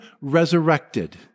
resurrected